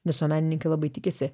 visuomenininkai labai tikisi